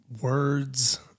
words